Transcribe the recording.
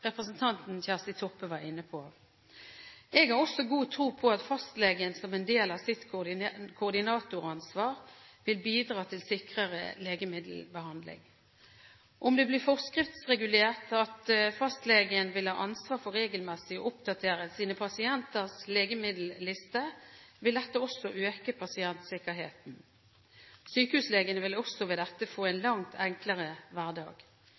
representanten Kjersti Toppe var inne på. Jeg har også god tro på at fastlegen som en del av sitt koordinatoransvar vil bidra til sikrere legemiddelbehandling. Om det blir forskriftsregulert at fastlegen vil ha ansvar for regelmessig å oppdatere sine pasienters legemiddelliste, vil dette også øke pasientsikkerheten. Sykehuslegene vil ved dette få en langt enklere hverdag.